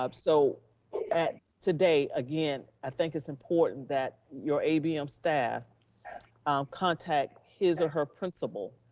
um so today again, i think it's important that your abm staff contact his or her principal,